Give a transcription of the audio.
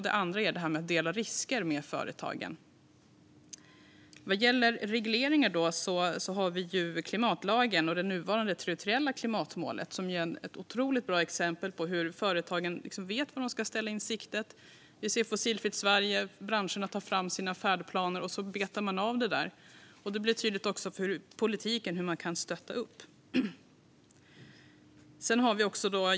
Den andra är att dela risker med företagen. Vad gäller regleringar har vi klimatlagen och det nuvarande territoriella klimatmålet, som är ett otroligt bra exempel på hur företagen vet vad de ska ställa in siktet på. Vi har Fossilfritt Sverige. Och branscherna tar fram sina färdplaner och betar av dessa saker. Det blir också tydligt för politiken hur man kan stötta.